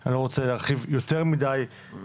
ואני לא רוצה להרחיב יותר מדיי,